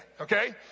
okay